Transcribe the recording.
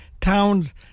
towns